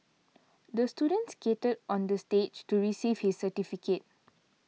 the student skated on the stage to receive his certificate